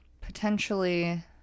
Potentially